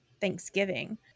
Thanksgiving